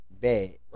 Bad